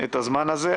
את הזמן הזה.